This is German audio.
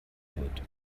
wird